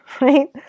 right